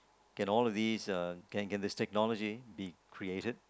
can all these uh can can these technology be created